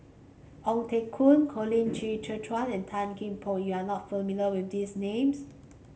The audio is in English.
Ong Teng Koon Colin Qi Zhe Quan and Tan Kian Por you are not familiar with these names